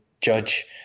judge